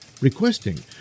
requesting